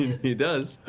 he does,